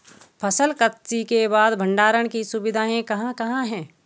फसल कत्सी के बाद भंडारण की सुविधाएं कहाँ कहाँ हैं?